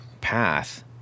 path